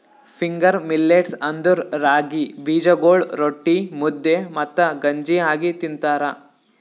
finger millets ಅಂದುರ್ ರಾಗಿ ಬೀಜಗೊಳ್ ರೊಟ್ಟಿ, ಮುದ್ದೆ ಮತ್ತ ಗಂಜಿ ಆಗಿ ತಿಂತಾರ